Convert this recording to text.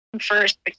First